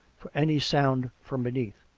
for any sound from beneath.